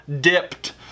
dipped